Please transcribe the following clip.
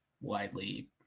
widely